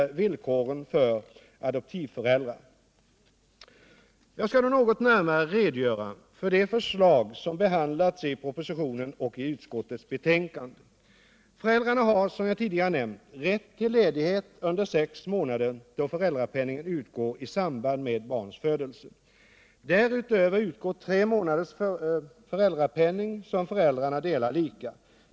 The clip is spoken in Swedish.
Föräldrarna har som jag tidigare nämnt rätt ull ledighet under sex månader, då föräldrapenning utgår I samband med barns födelse. Därutöver utgår tre månaders föräldrapenning som föräldrarna delar lika.